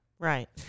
Right